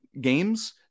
games